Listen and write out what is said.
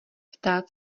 ptát